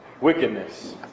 wickedness